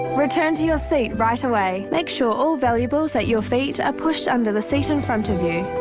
return to your seat right away! make sure all valuables at your feet are pushed under the seat in front of you.